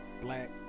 black